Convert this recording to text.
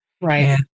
Right